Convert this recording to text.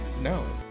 No